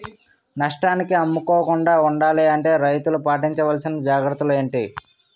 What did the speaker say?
నష్టానికి అమ్ముకోకుండా ఉండాలి అంటే రైతులు పాటించవలిసిన జాగ్రత్తలు ఏంటి